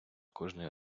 кожний